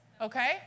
okay